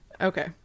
Okay